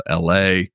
LA